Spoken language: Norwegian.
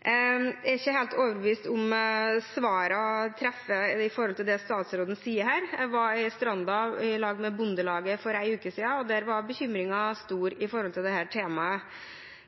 Jeg er ikke helt overbevist om at svarene treffer når det gjelder det statsråden sier her. Jeg var på Stranda i lag med Bondelaget for en uke siden, og der var bekymringen stor når det gjelder dette temaet.